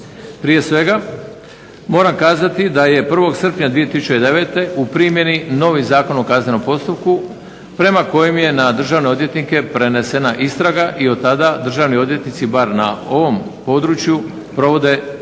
Prije svega, moram kazati da je 1. sprnja 2009. u primjeni novi Zakon o kaznenom postupku prema kojem je na državne odvjetnike prenesena istraga i od tada državni odvjetnici bar na ovom području provode istragu